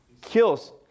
Kills